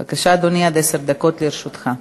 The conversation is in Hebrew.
בבקשה, אדוני, עד עשר דקות לרשותך.